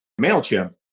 MailChimp